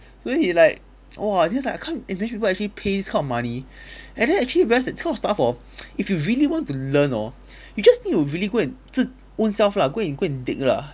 then he like !whoa! I just like I can't imagine people actually pay this kind of money and then actually ver~ this kind of stuff hor if you really want to learn hor you just need to really go and 自 own self lah go and go and dig lah